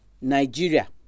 Nigeria